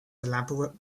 elaborate